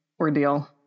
ordeal